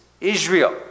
Israel